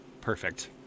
Perfect